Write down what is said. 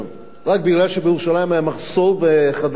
רק כי בירושלים היה מחסור בחדרי מלון.